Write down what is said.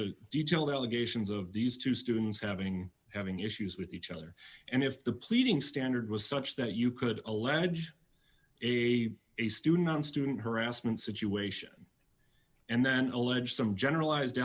a detailed allegations of these two students having having issues with each other and if the pleading standard was such that you could allege a a student on student harassment situation and then allege some generalized